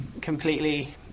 completely